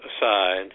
aside